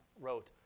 wrote